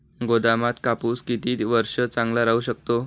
गोदामात कापूस किती वर्ष चांगला राहू शकतो?